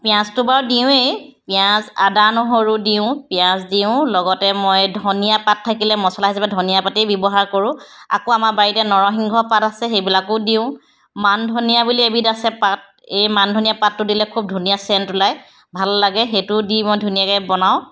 পিঁয়াজটো বাৰু দিওঁৱেই পিঁয়াজ আদা নহৰু দিওঁ পিঁয়াজ দিওঁ লগতে মই ধনীয়া পাত থাকিলে মছলা হিচাপে ধনীয়া পাতেই ব্যৱহাৰ কৰোঁ আকৌ আমাৰ বাৰীতে নৰসিংহ পাত আছে সেইবিলাকো দিওঁ মান ধনিয়া বুলি এবিধ আছে পাত এই মান ধনিয়া পাতটো দিলে খুব ধুনীয়া চেন্ট ওলাই ভাল লাগে সেইটো দি মই ধুনীয়াকৈ বনাওঁ